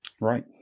Right